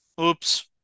Oops